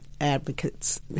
advocates